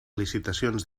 licitacions